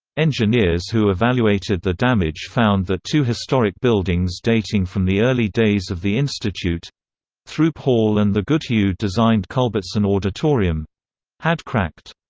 engineers who evaluated the damage found that two historic buildings dating from the early days of the institute throop hall and the goodhue-designed culbertson auditorium had cracked.